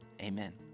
amen